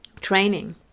training